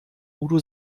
udo